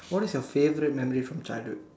what is your favourite memory from childhood